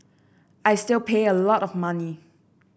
I still pay a lot of money